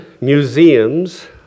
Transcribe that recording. museums